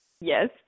Yes